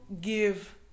give